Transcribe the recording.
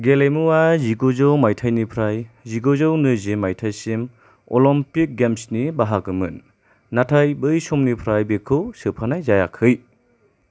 गेलेमुवा जिगुजौ मायथाइनिफ्राय जिगुजौ नैजि मायथाइसिम अलम्पिक गेम्सनि बाहागोमोन नाथाय बै समनिफ्राइ बेखौ सोफानाय जायाखै